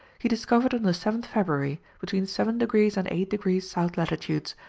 he discovered on the seventh february between seven degrees and eight degrees south latitude,